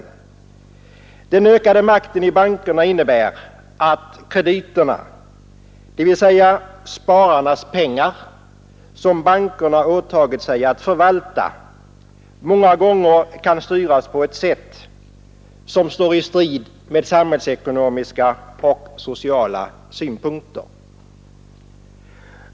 Bankernas ökade makt innebär att krediterna, dvs. spararnas pengar som bankerna åtagit sig att förvalta, många gånger kan styras på ett sätt som står i strid med samhällsekonomiska och sociala synpunkter.